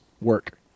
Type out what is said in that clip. work